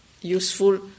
useful